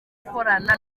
gukorana